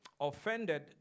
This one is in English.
Offended